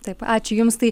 taip ačiū jums tai